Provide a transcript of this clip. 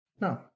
No